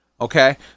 okay